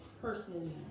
personally